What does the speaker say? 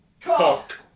Cock